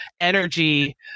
energy